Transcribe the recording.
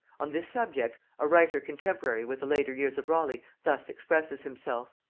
on this subject, a writer contemporary with the later years of raleigh thus expresses himself